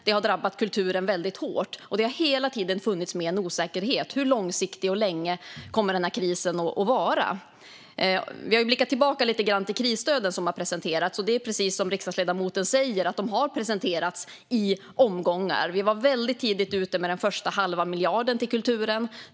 Det har drabbat kulturen väldigt hårt. Och det har hela tiden funnits en osäkerhet om hur länge krisen kommer att vara. Vi har ju blickat tillbaka litegrann på krisstöden som har presenterats, och precis som riksdagsledamoten säger har de presenterats i omgångar. Vi var väldigt tidigt ute med den första halva miljarden till kulturen.